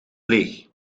leeg